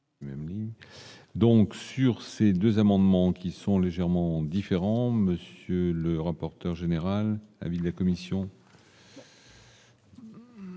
Donc sur ces 2 amendements qui sont légèrement différents, monsieur le rapporteur général avis la commissions.